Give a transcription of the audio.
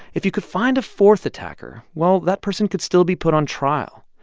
if you could find a fourth attacker, well, that person could still be put on trial.